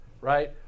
right